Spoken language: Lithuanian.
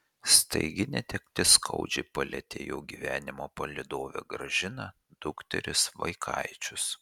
staigi netektis skaudžiai palietė jo gyvenimo palydovę gražiną dukteris vaikaičius